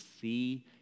see